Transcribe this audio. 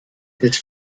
des